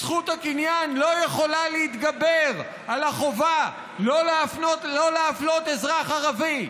זכות הקניין לא יכולה להתגבר על החובה לא להפלות אזרח ערבי,